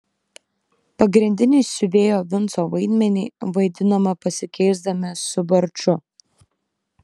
pagrindinį siuvėjo vinco vaidmenį vaidinome pasikeisdami su barču